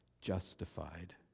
justified